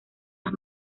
las